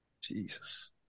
Jesus